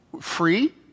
Free